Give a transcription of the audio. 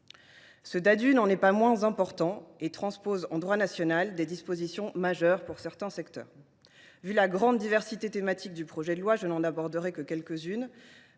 Ce Ddadue n’en est pas moins important et transpose en droit national des dispositions majeures pour certains secteurs. Au vu de la grande diversité thématique du projet de loi, je n’en aborderai que quelques unes.